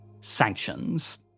sanctions